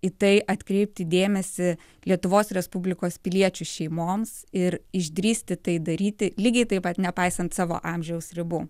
į tai atkreipti dėmesį lietuvos respublikos piliečių šeimoms ir išdrįsti tai daryti lygiai taip pat nepaisant savo amžiaus ribų